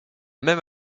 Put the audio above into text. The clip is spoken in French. même